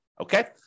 Okay